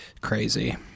Crazy